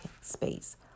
space